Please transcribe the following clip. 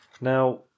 Now